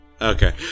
Okay